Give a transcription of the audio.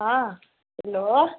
हँ हैल्लो